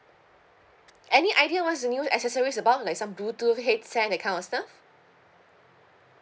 any idea what's the new accessories about like some bluetooth headset that kind of stuff